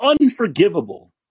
unforgivable